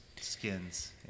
Skins